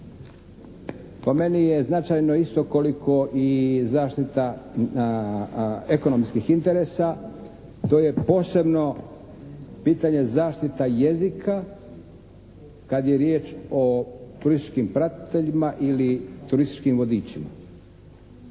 po meni je značajno isto koliko i zaštita ekonomskih interesa, to je posebno pitanje zaštita jezika kad je riječ o turističkim pratiteljima ili turističkim vodičima.